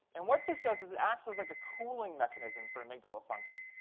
and what this does is it acts as like a cooling mechanism for amygdala function.